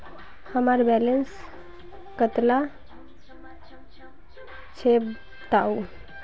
हमार बैलेंस कतला छेबताउ?